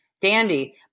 dandy